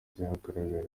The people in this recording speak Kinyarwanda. byagaragaye